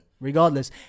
Regardless